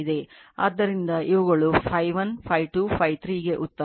ಆದ್ದರಿಂದ ಇವುಗಳು Φ1 Φ2 Φ3 ಗೆ ಉತ್ತರ